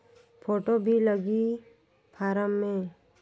Photo भी लगी form मे?